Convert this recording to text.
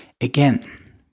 again